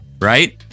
right